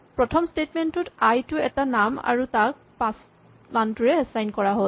প্ৰথম স্টেটমেন্ট টোত আই টো এটা নাম আৰু তাক ৫ মানটোৰে এচাইন কৰা হ'ল